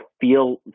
feel